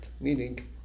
meaning